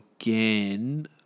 Again